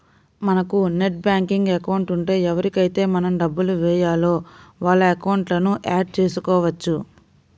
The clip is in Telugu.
మనకు నెట్ బ్యాంకింగ్ అకౌంట్ ఉంటే ఎవరికైతే మనం డబ్బులు వేయాలో వాళ్ళ అకౌంట్లను యాడ్ చేసుకోవచ్చు